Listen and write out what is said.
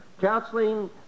counseling